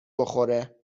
بخوره